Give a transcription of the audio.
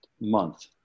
month